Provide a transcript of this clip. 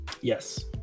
Yes